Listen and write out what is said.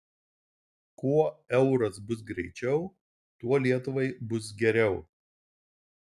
kuo euras bus greičiau tuo lietuvai bus geriau